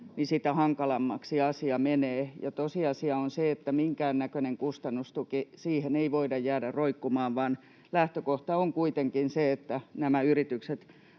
sitä hankalammaksi asia menee. Ja tosiasia on se, että minkäännäköiseen kustannustukeen ei voida jäädä roikkumaan, vaan lähtökohta on kuitenkin se, että nämä yritykset